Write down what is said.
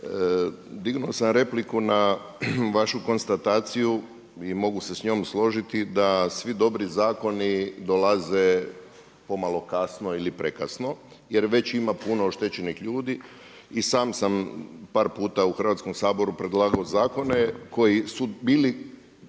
dignuo sam repliku na vašu konstataciju i mogu se s njom složiti da svi dobri zakoni dolaze pomalo kasno ili prekasno jer već ima puno oštećenih ljudi. I sam sam par puta u Hrvatskom saboru predlagao zakone koji su bili,